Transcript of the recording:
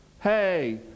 hey